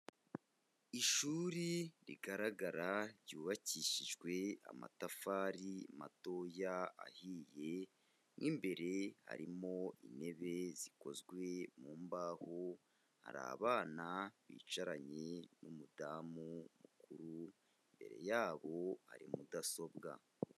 Ishuri rigaragara ryubakishijwe amatafari matoya ahiye mo imbere harimo intebe zikozwe mu mbaho, hari abana bicaranye n'umudamu mukuru imbere yayo hari mudasobwa.